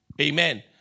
Amen